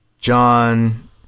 John